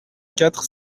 quatre